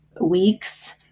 weeks